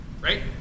Right